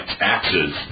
taxes